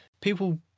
people